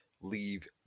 leave